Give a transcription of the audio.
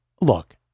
Look